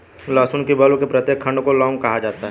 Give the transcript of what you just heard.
लहसुन के बल्ब के प्रत्येक खंड को लौंग कहा जाता है